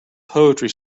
poetry